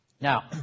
Now